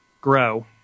grow